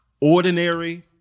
ordinary